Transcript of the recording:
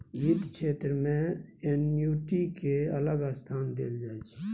बित्त क्षेत्र मे एन्युटि केँ अलग स्थान देल जाइ छै